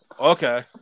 Okay